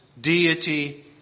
deity